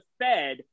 Fed